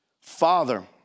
Father